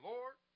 Lord